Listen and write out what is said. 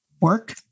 work